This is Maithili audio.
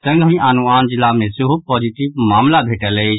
संगहि आनो आन जिला मे सेहो पॉजिटिव मामिला भेटल अछि